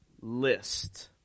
list